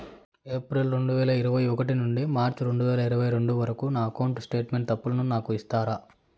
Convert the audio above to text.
April రెండు వేల ఇరవై ఒకటి నుండి మార్చ్ రెండు వేల ఇరవై రెండు వరకు నా అకౌంట్ స్టేట్మెంట్ తప్పులను నాకు ఇస్తారా?